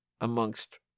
amongst